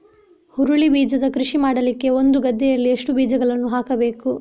ಹುರುಳಿ ಬೀಜದ ಕೃಷಿ ಮಾಡಲಿಕ್ಕೆ ಒಂದು ಗದ್ದೆಯಲ್ಲಿ ಎಷ್ಟು ಬೀಜಗಳನ್ನು ಹಾಕಬೇಕು?